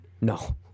No